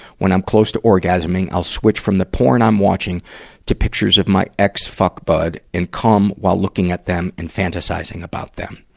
when i'm close to orgasming i'll switch from the porn i'm watching to pictures of my ex-fuck bud and cum while looking at them and fantasizing about them.